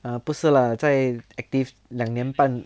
err 不是 lah 在 active 两年半